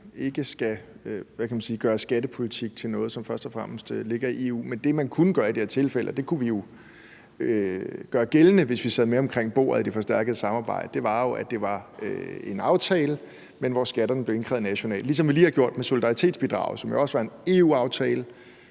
ikke skal gøre skattepolitik til noget, som først og fremmest ligger i EU, men det, man kunne foreslå i det her tilfælde – og det kunne vi jo gøre gældende, hvis vi sad med om bordet i det forstærkede samarbejde – var, at det var en aftale, men at skatterne blev indkrævet nationalt, ligesom vi lige har gjort det med solidaritetsbidraget, som også var en EU-aftale,